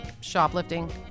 shoplifting